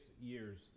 years